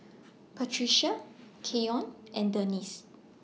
Patrica Keion and Denisse